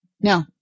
No